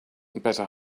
better